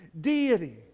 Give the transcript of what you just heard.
deity